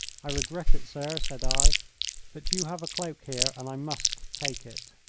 i regret it, sir, said i but you have a cloak here and i must take it.